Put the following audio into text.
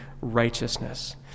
righteousness